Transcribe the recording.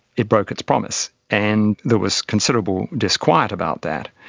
it broke its promise. and there was considerable disquiet about that.